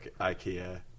Ikea